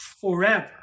forever